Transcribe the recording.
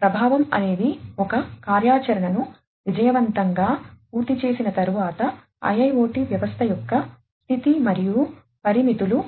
ప్రభావం అనేది ఒక కార్యాచరణను విజయవంతంగా పూర్తి చేసిన తరువాత IIoT వ్యవస్థ యొక్క స్థితి మరియు పరిమితులు